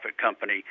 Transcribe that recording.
company